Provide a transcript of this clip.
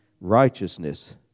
Righteousness